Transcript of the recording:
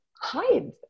hide